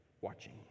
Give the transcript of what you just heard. watching